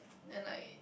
and like